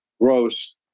Gross